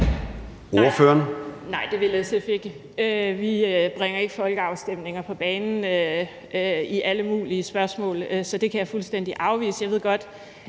Nej, det vil SF ikke. Vi bringer ikke folkeafstemninger på banen i alle mulige spørgsmål, så det kan jeg fuldstændig afvise.